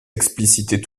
expliciter